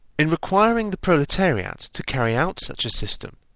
in requiring the proletariat to carry out such a system,